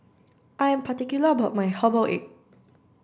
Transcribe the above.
I'm particular about my herbal egg